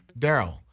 Daryl